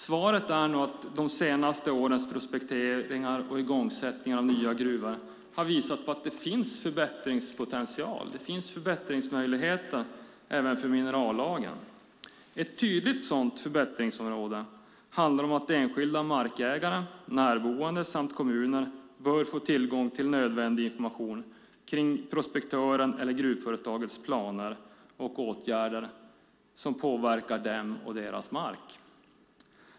Svaret är nog att de senaste årens prospekteringar och i gångsättningar av nya gruvor har visat att det finns en förbättringspotential och förbättringsmöjligheter även för minerallagen. Ett tydligt sådant förbättringsområde handlar om att enskilda markägare, närboende samt kommuner bör få tillgång till nödvändig information om prospektörens eller gruvföretagets planer och åtgärder som påverkar dem och deras mark.